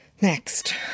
Next